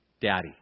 Daddy